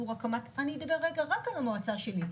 אני אדבר רגע רק על המועצה שלי,